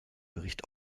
gericht